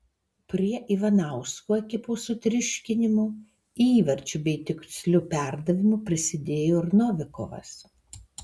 prie ivanausko ekipos sutriuškinimo įvarčiu bei tiksliu perdavimu prisidėjo ir novikovas